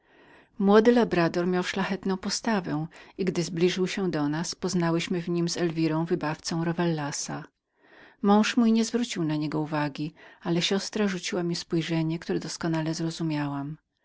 młody labrador miał szlachetną postawę i gdy zbliżył się do nas poznałyśmy w nim z elwirą wybawcę rowellasa mąż mój nie zwracał na niego uwagi ale siostra rzuciła mi spojrzenie które doskonale zrozumiałam